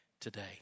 today